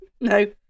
No